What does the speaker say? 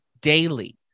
daily